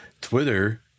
twitter